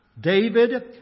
David